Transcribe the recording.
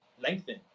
lengthen